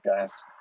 guys